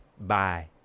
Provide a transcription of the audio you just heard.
Bye